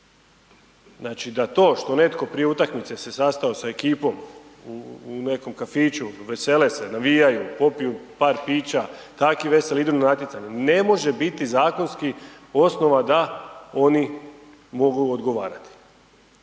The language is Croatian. Znači da to što netko prije utakmice se sastao sa ekipom u nekom kafiću, vesele se, navijaju, popiju par pića i takvi veseli idu na natjecanje, ne može biti zakonski osnova da oni mogu odgovarati